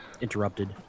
interrupted